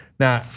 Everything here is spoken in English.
now,